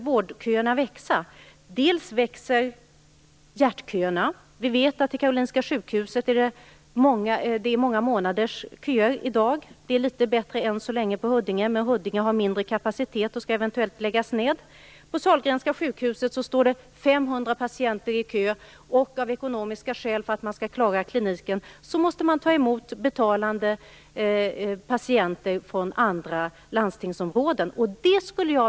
Hjärtköerna växer. Vi vet att det är många månaders köer på Karolinska sjukhuset. Det är än så länge litet bättre på Huddinge sjukhus. Men Huddinge sjukhus har mindre kapacitet och skall eventuellt läggas ned. På Sahlgrenska sjukhuset står 500 patienter i kö. Av ekonomiska skäl, för att man skall klara kliniken, måste man ta emot betalande patienter från landstingsområden.